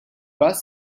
bus